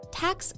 tax